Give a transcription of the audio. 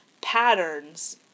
patterns